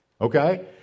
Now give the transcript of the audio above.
Okay